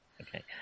Okay